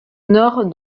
nord